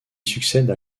succède